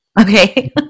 Okay